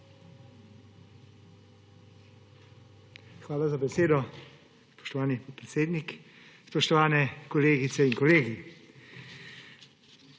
Hvala za besedo, spoštovani podpredsednik. Spoštovani kolegice in kolegi!